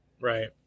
Right